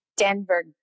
Denver